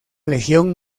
legión